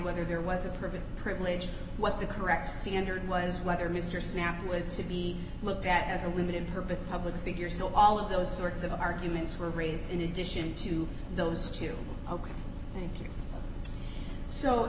whether there was a permit privilege what the correct standard was whether mr snapp was to be looked at as a limited purpose i would figure so all of those sorts of arguments were raised in addition to those two ok